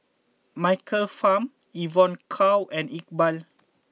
Michael Fam Evon Kow and Iqbal